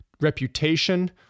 reputation